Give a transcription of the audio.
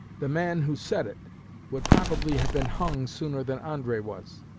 the man who said it would probably have been hung sooner than andre was.